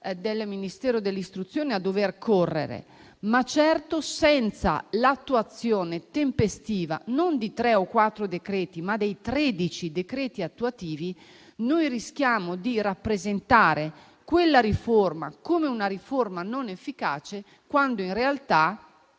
del Ministero dell'istruzione a dover correre. Ma certo senza l'attuazione tempestiva non di tre o quattro decreti, ma dei tredici decreti attuativi, noi rischiamo di rappresentare quella riforma come non efficace, quando in realtà